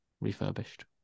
refurbished